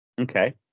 Okay